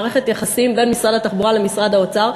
יש מערכת יחסים בין משרד התחבורה למשרד האוצר,